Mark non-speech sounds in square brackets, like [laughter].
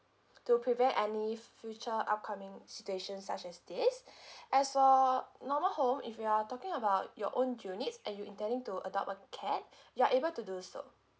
to prevent any future upcoming situation such as this [breath] as for normal home if you're talking about your own units and you intending to adopt a cat [breath] you're able to do so